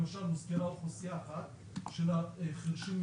למשל הוזכרה אוכלוסייה אחת של החירשים-עיוורים,